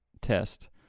test